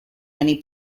many